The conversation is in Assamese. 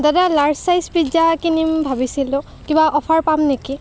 দাদা লাৰ্জ চাইজ পিজ্জা কিনিম ভাবিছিলোঁ কিবা অফাৰ পাম নেকি